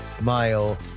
Mile